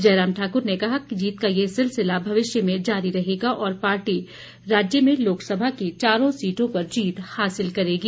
जयराम ठाकुर ने कहा कि जीत का यह सिलसिला भविष्य में जारी रहेगा और पार्टी राज्य में लोकसभा की चारों सीटों पर जीत हासिल करेगी